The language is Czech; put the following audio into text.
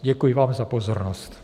Děkuji vám za pozornost.